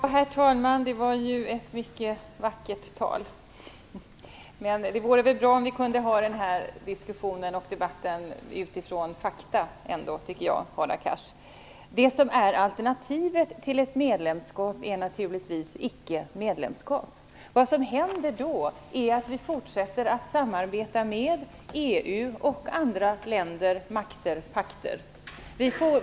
Herr talman! Det var ett mycket vackert tal. Men, Hadar Cars, det vore väl bra om vi kunde föra den här diskussionen och debatten utifrån fakta. Alternativet till ett medlemskap är naturligtvis icke-medlemskap. Vad som händer då är att vi fortsätter att samarbeta med EU och andra länder, makter och pakter.